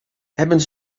hebben